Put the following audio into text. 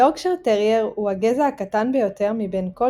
יורקשייר טרייר הוא הגזע הקטן ביותר מבין כל